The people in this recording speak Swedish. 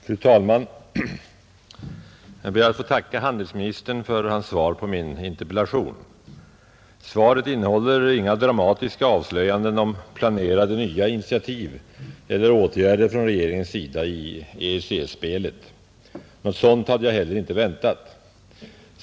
Fru talman! Jag ber att få tacka handelsministern för hans svar på min interpellation. Svaret innehåller inga dramatiska avslöjanden om planerade nya initiativ eller åtgärder från regeringens sida i EEC-spelet. Något sådant hade jag heller icke väntat.